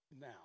now